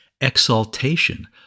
Exaltation